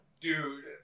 dude